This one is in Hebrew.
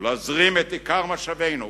ולהזרים את עיקר משאבינו